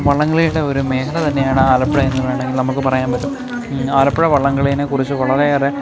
വള്ളംകളിയുടെ ഒരു മേഘല തന്നെയാണ് ആലപ്പുഴ എന്ന് വേണമെങ്കിൽ നമുക്ക് പറയാൻ പറ്റും ആലപ്പുഴ വള്ളംകളീനെ കുറിച്ച് വളരേയേറെ